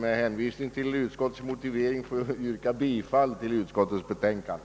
Med hänvisning till utskottets motivering ber jag därför, herr talman, att få yrka bifall till utskottets betänkande.